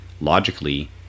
Logically